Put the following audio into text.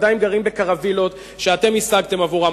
שרבים מהם עדיין גרים בקרווילות שאתם השגתם עבורם,